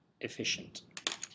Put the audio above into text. efficient